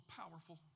powerful